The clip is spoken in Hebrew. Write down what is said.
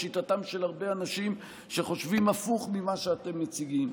לשיטתם של הרבה אנשים שחושבים הפוך ממה שאתם מציגים.